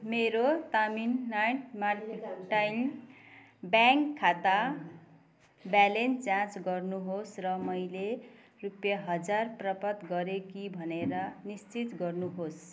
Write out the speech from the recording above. मेरो Tamilnad mercantile bank खाता balance जाँच गर्नुहोस् र मैले रुपियाँ हजार प्राप्त गरेँ कि भनेर निश्चित गर्नुहोस्